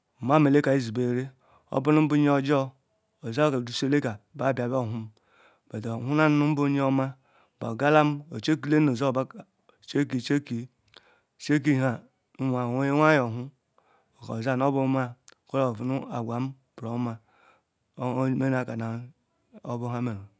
Nmam eleka isuberiri obunu nunbu nye ojor ba sheya nu odusi aleka ba bia bu ehwimbut ba hulam nunbu enyiomu ba kalum, bu checkike nnu ozuobu kam checky, checky, checky hua mo oweru enye ba yewu ba ku oshioya nu obu maa nu bɛɛ nuwum nu agwam buruoma obu nha nakaneye nu obu kpo nha meru